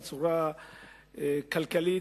בצורה כלכלית.